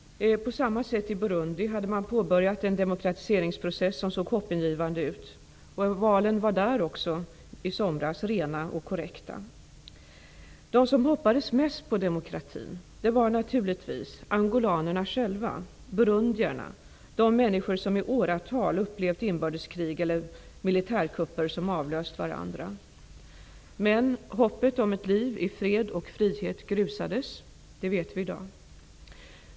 I Burundi hade man påbörjat en demokratiseringsprocess som såg hoppingivande ut. Valen i somras var också där rena och korrekta. De som hoppades mest på demokratin var naturligtvis angolanerna själva, burundierna, de människor som i åratal upplevt inbördeskrig eller militärkupper som avlöst varandra. Men hoppet om ett liv i fred och frihet grusades. Det vet vi i dag.